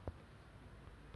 what are your interest